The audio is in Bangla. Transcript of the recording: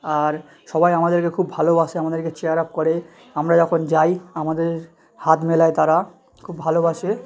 আর সবাই আমাদেরকে খুব ভালোবাসে আমাদেরকে চিয়ার আপ করে আমরা যখন যাই আমাদের হাত মেলায় তারা খুব ভালোবাসে ব্যাস